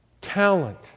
talent